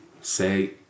say